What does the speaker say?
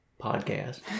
podcast